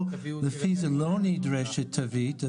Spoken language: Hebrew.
לפי זה לא נדרשת תווית,